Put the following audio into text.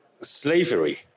slavery